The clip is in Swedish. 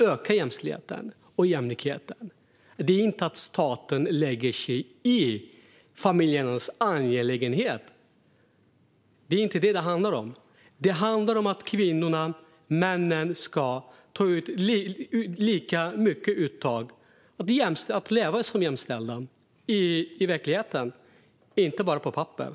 Det betyder inte att staten lägger sig i familjernas angelägenhet. Det handlar inte om det, utan det handlar om att kvinnor och män ska ha ett lika stort uttag och att leva jämställt i verkligheten, inte bara på papperet.